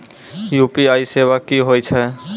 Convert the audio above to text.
UPI सेवा की होय छै?